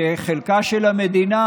שחלקה של המדינה